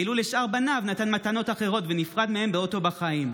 ואילו לשאר בניו נתן מתנות אחרות ונפרד מהם בעודו בחיים.